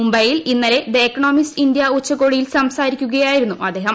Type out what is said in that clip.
മുംബൈയിൽ ഇന്നലെ the Economist India ഉച്ചകോടിയിൽ സംസാരിക്കുകയായിരുന്നു അദ്ദേഹം